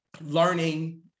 learning